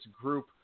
group